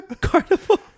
Carnival